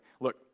Look